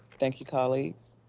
thank you colleagues.